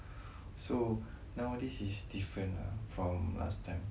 so nowadays is different ah from last time